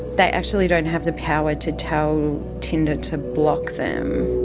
they actually don't have the power to tell tinder to block them.